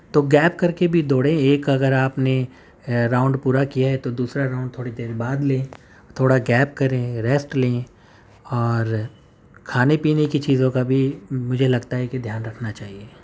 تو گیپ کر کے بھی دوڑے ایک اگر آپ نے راؤنڈ پورا کیا ہے تو دوسرا راؤنڈ تھوڑی دیر بعد لیں تھوڑا گیپ کریں ریسٹ لیں اور کھانے پینے کی چیزوں کا بھی مجھے لگتا ہے کہ دھیان رکھنا چاہیے